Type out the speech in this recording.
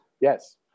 Yes